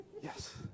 yes